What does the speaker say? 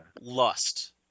Lust